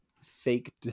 fake